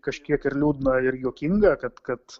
kažkiek ir liūdna ir juokinga kad kad